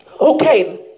Okay